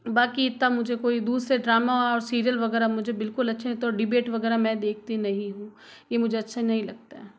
बाकी इतना मुझे कोई दूसरे ड्रामा और सिरियल वगैरह मुझे बिल्कुल अच्छे नहीं लगते और डिबेट वगैरह मैं देखती नहीं हूँ ये मुझे अच्छे नहीं लगते हैं